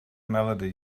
melody